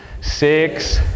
six